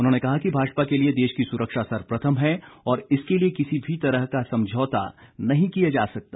उन्होंने कहा कि भाजपा के लिए देश की सुरक्षा सर्वप्रथम है और इसके लिए किसी भी तरह का समझौता नहीं किया जा सकता